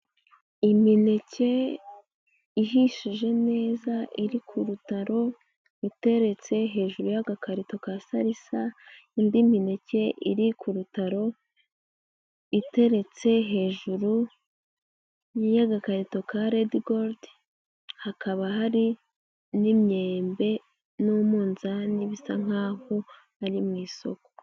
Imineke ihishije neza iri ku rutaro iteretse hejuru y'agakarito ka sarisa, indi mineke iri ku rutaro iteretse hejuru y'agakarito ka Redgold, hakaba hari n'imyembe n'umunzani bisa nkaho ari mu isoko.